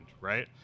right